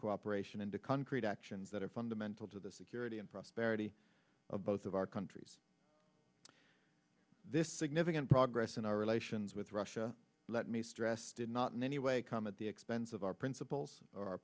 cooperation into concrete actions that are fundamental to the security and prosperity of both of our countries this significant progress in our relations with russia let me stress did not in any way come at the expense of our principles or